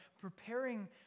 preparing